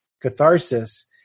catharsis